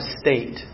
state